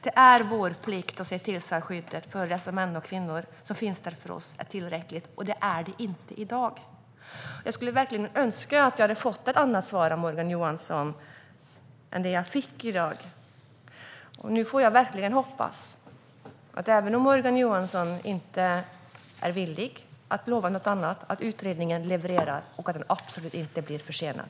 Det är vår plikt att se till att skyddet för de män och kvinnor som finns där för oss är tillräckligt, och det är det inte i dag. Jag skulle verkligen önska att jag hade fått ett annat svar av Morgan Johansson än det jag fick i dag. Även om Morgan Johansson inte är villig att lova något annat hoppas jag verkligen att utredningen levererar - och att den absolut inte blir försenad.